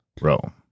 Rome